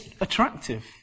attractive